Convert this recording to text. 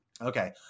okay